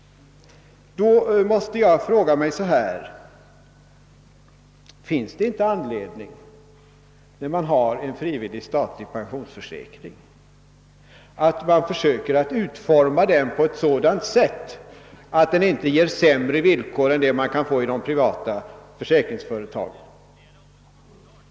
Då måste jag fråga: Finns det inte anledning, när man har en frivillig statlig pensionsförsäkring, att försöka utforma den på ett sådant sätt att den inte ger sämre villkor än vad som går att få i de privata försäkringsföretagen?